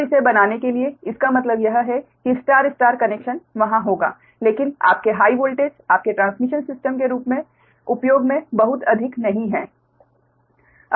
तो इसे बनाने की लिए इसका मतलब यह है कि स्टार स्टार कनेक्शन वहाँ होगा लेकिन आपके हाइ वोल्टेज आपके ट्रांसमिशन सिस्टम के रूप में उपयोग में बहुत अधिक नहीं है